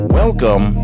welcome